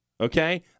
okay